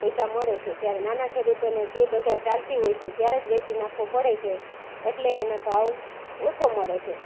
પૈસા મળે છે જ્યારે નાના ખેડૂતોને જે બજાર ચાલતી હોય સે ત્યારે જ વેચી નાખવું પડે છે એટલે એને ભાવ ઓછો મળે છે